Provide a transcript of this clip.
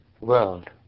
world